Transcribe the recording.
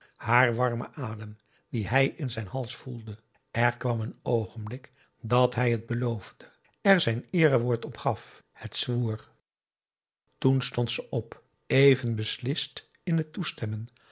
haar warme adem die hij in zijn hals voelde er kwam een oogenblik dat hij het beloofde er zijn eerewoord op gaf het zwoer toen stond ze op even beslist in het toestemmen